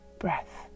breath